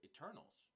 Eternals